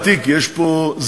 זה טוב לך לכושר, ביטן.